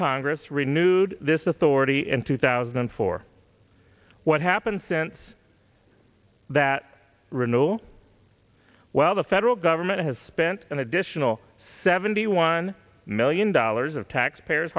congress renewed this authority in two thousand and four what happened since that renewal well the federal government has spent an additional seventy one million dollars of taxpayers